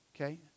Okay